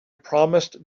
promised